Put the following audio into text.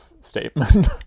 statement